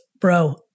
bro